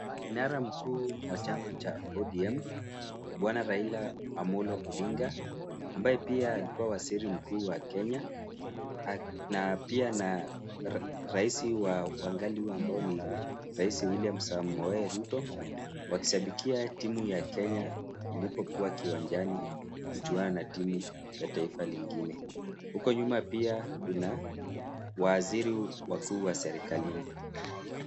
Kinara mkuu wa chama cha ODM Bwana Raila Amolo Odinga ambaye pia alikuwa waziri mkuu wa Kenya na pia na rais wa wangu ambao ni Rais William Samo Ruto wakishabikia timu ya Kenya ilipokuwa kiwanjani kuchuana na timu ya taifa lingine. Huko nyuma pia kuna waziri wakuu wa serikalini.